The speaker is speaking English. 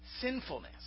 Sinfulness